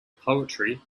poetry